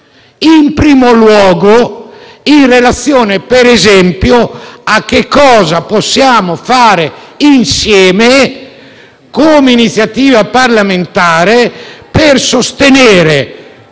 in primo luogo in relazione, per esempio, a che cosa possiamo fare insieme sul piano dell'iniziativa parlamentare per sostenere